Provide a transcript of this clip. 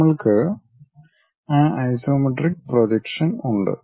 നമ്മൾക്ക് ആ isometric projection ഉണ്ട്